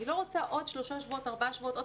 אני לא רוצה עוד שלושה-ארבעה שבועות עוד